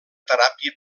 teràpia